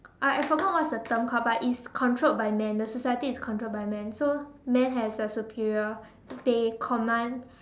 I I forgot what's the term called but it's controlled by men the society is controlled by men so men has a superior they command